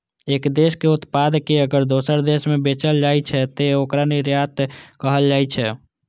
एक देशक उत्पाद कें अगर दोसर देश मे बेचल जाइ छै, तं ओकरा निर्यात कहल जाइ छै